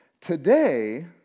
Today